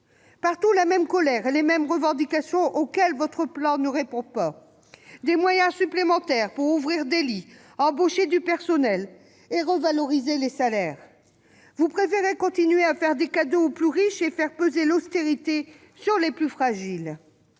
entendre la même colère et les mêmes revendications, auxquelles votre plan ne répond pas : des moyens supplémentaires pour ouvrir des lits, embaucher du personnel et revaloriser les salaires. Vous préférez continuer à faire des cadeaux aux plus riches et faire peser l'austérité sur les plus fragiles.